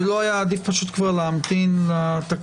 לא היה עדיף להמתין לתקנות?